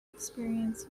experience